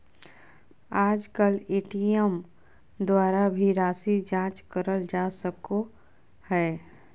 आजकल ए.टी.एम द्वारा भी राशी जाँच करल जा सको हय